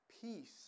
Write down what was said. Peace